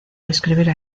describir